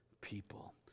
people